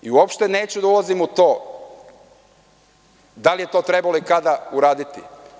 Uopšte neću da ulazim u to da li je to trebalo i kada uraditi.